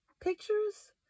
pictures